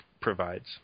provides